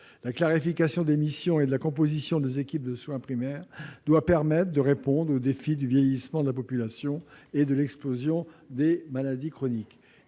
La clarification des missions et de la composition des équipes de soins primaires doit permettre de répondre aux défis du vieillissement de la population et de l'explosion des maladies chroniques.